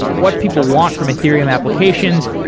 what people want from ethereum applications,